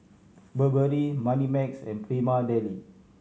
burberry Moneymax and Prima Deli